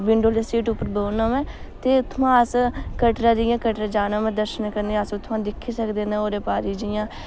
window आह्ली seat उप्पर बौह्ना होऐ ते उत्थुआं अस कटरा जियां कटड़ा जाना होऐ दर्शन करने गी अस उत्थुआं दिक्खी सकदे न होर बारी च जियां